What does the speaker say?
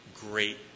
great